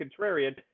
contrarian